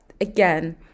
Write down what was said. Again